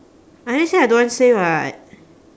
I already say I don't want say [what]